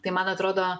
tai man atrodo